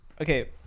Okay